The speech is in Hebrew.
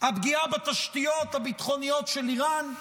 הפגיעה בתשתיות הביטחוניות של איראן,